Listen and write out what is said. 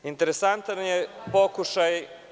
Interesantan je pokušaj…